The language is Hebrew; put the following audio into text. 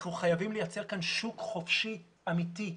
אנחנו חייבים לייצר כאן שוק חופשי אמיתי,